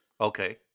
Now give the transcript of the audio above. Okay